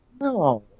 No